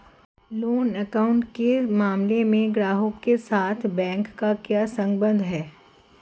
Loan account के मामले में ग्राहक के साथ बैंक का क्या संबंध है?